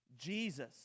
Jesus